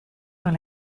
dans